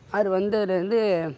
அவர் வந்ததிலேந்து